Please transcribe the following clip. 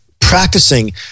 practicing